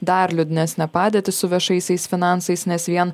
dar liūdnesnę padėtį su viešaisiais finansais nes vien